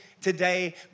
today